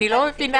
אני לא מבינה.